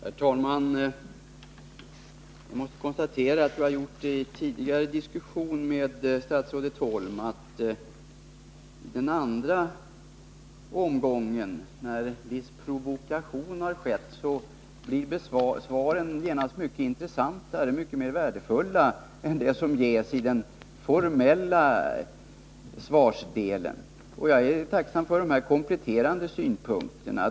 Herr talman! Jag måste konstatera — och jag tror att jag har gjort det i tidigare diskussioner med statsrådet Holm — att i den andra omgången, när viss provokation har skett, blir beskeden genast mycket intressantare och mycket värdefullare än de som ges i den formella svarsdelen. Jag är tacksam för de kompletterande synpunkterna.